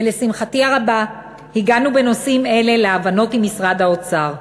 ולשמחתי הרבה הגענו בנושאים אלה להבנות עם משרד האוצר.